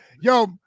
Yo